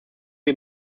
wir